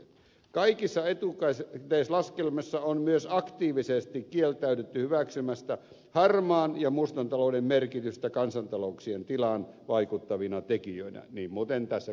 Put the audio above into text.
kaikissa etukäteislaskelmissa on myös aktiivisesti kieltäydytty hyväksymästä harmaan ja mustan talouden merkitystä kansantalouksien tilaan vaikuttavina tekijöinä niin muuten tässä keskustelussakin